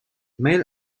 male